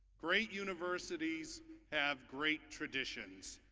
great universities have great traditions,